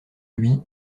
lui